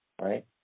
right